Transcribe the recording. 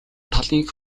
талын